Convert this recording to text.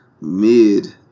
Mid